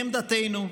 לעמדתנו,